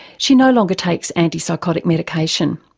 she no longer takes antipsychotic medication.